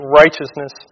righteousness